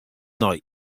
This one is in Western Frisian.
nei